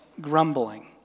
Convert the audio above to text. grumbling